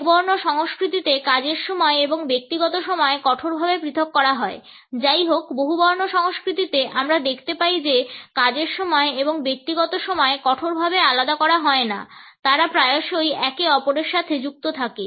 একবর্ণ সংস্কৃতিতে কাজের সময় এবং ব্যক্তিগত সময় কঠোরভাবে পৃথক করা হয় যাইহোক বহুবর্ণ সংস্কৃতিতে আমরা দেখতে পাই যে কাজের সময় এবং ব্যক্তিগত সময় কঠোরভাবে আলাদা করা হয় না তারা প্রায়শই একে অপরের সাথে যুক্ত থাকে